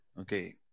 Okay